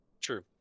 true